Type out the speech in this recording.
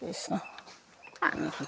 কৃষ্ণ আনটো